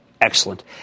excellent